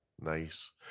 Nice